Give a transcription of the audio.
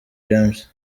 james